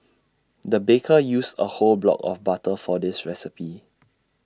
the baker used A whole block of butter for this recipe